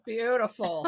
Beautiful